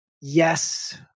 Yes